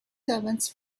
servants